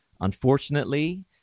Unfortunately